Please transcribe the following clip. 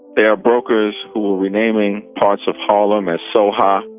there are brokers who are renaming parts of harlem as soha,